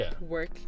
work